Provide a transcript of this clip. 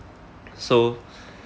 so